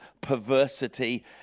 perversity